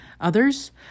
others